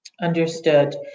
Understood